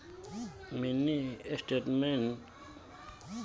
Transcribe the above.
internet बैंकिंगेर जरियई स दस खन मिनी स्टेटमेंटक लियाल जबा स ख छ